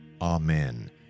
Amen